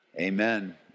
amen